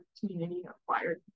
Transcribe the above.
community-acquired